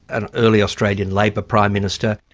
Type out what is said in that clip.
an early australian labor prime minister.